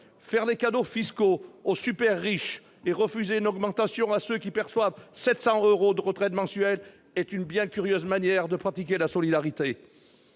Faire des cadeaux fiscaux aux super-riches et refuser une augmentation à ceux qui perçoivent 700 euros de retraite mensuelle est une bien curieuse manière de pratiquer la solidarité